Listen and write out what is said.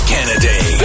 Kennedy